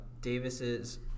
Davis's